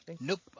Nope